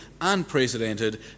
unprecedented